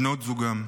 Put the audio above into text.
בנות זוגם.